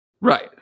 right